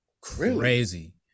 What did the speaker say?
crazy